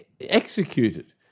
executed